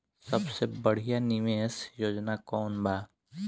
सबसे बढ़िया निवेश योजना कौन बा?